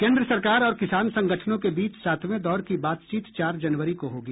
केन्द्र सरकार और किसान संगठनों के बीच सातवें दौर की बातचीत चार जनवरी को होगी